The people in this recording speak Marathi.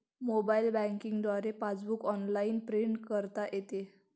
मोबाईल बँकिंग द्वारे पासबुक ऑनलाइन प्रिंट करता येते